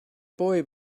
boy